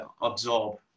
absorb